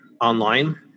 online